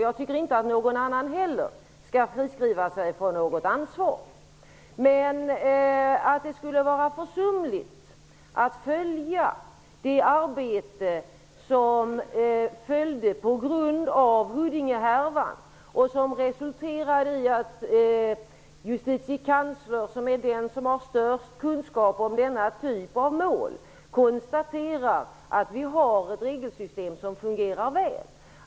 Jag tycker inte att någon annan heller skall friskriva sig från något ansvar. Men att det skulle vara försumligt att följa det arbete som följde på grund av Huddingehärvan har jag svårt att förstå. Det arbetet resulterade i att JK, som är den som har störst kunskap om denna typ av mål, konstaterar att Sverige har ett regelsystem som fungerar väl.